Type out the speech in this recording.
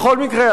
בכל מקרה,